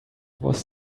was